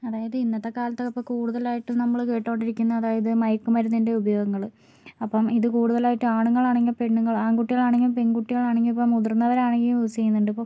അതായത് ഇന്നത്തെ കാലത്ത് ഇപ്പം കൂടുതലായിട്ടും നമ്മള് കേട്ടോണ്ടിരിക്കുന്നത് അതായത് മയക്കു മരുന്നിൻ്റെ ഉപയോഗങ്ങള് അപ്പം ഇത് കൂടുതലായിട്ട് ആണുങ്ങളാണെങ്കിൽ പെണ്ണുങ്ങളാണെങ്കിൽ ആൺകുട്ടികളാണെങ്കിലും പെൺകുട്ടികളാണെങ്കിലും ഇപ്പം മുതിർന്നവരാണെങ്കിൽ യൂസ് ചെയ്യുന്നുണ്ട് ഇപ്പം